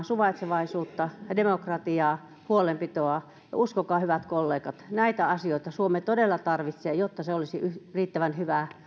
suvaitsevaisuutta demokratiaa huolenpitoa ja uskokaa hyvät kollegat näitä asioita suomi todella tarvitsee jotta se olisi riittävän hyvä